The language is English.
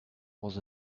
was